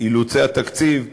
אילוצי התקציב,